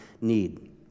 need